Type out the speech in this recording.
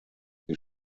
they